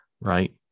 right